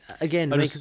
again